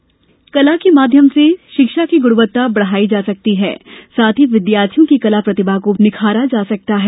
अनुगंज कला के माध्यम से शिक्षा की गुणवत्ता बढ़ाई जा सकती है साथ ही विद्यार्थियों की कला प्रतिभा को भी निखारा जा सकता है